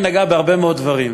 היא נגעה בהרבה מאוד דברים,